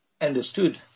understood